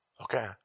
Okay